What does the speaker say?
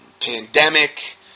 pandemic